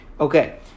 Okay